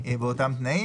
נפרט.